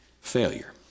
failure